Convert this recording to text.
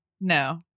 No